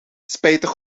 spijtig